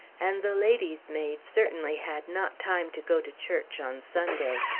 and the lady's-maid certainly had not time to go to church on sunday.